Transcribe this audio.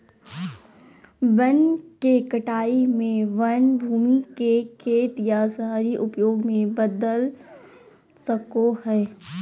वन के कटाई में वन भूमि के खेत या शहरी उपयोग में बदल सको हइ